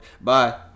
Bye